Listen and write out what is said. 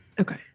Okay